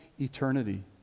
eternity